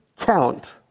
count